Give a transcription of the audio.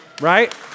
right